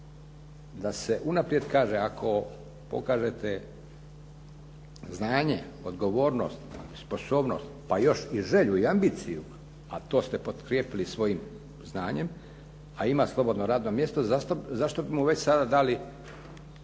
da se unaprijed kaže ako pokažete znanje, odgovornost, sposobnost pa još i želju i ambiciju a to ste potkrijepili svojim znanjem a ima slobodno radno mjesto, zašto bismo već sada dali